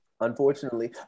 unfortunately